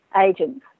agents